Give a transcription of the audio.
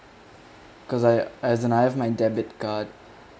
cause I as and I have my debit card